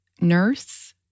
nurse